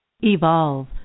Evolve